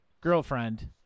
girlfriend